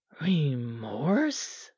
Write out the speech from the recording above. Remorse